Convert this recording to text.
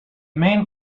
main